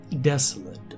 desolate